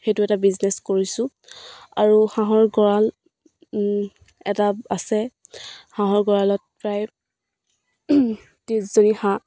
সেইটো এটা বিজনেছ কৰিছোঁ আৰু হাঁহৰ গঁৰাল এটা আছে হাঁহৰ গঁৰালত প্ৰায় ত্ৰিছজনী হাঁহ